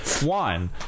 one